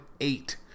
eight